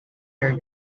area